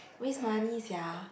waste money sia